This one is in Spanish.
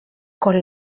con